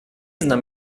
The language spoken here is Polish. znam